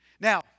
Now